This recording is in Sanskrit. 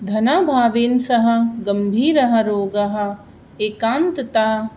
धनाभावेन सह गम्भीरः रोगः एकान्तता